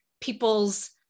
people's